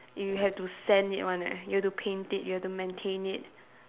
you have to sand it one eh you have to paint it you have to maintain it